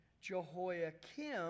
Jehoiakim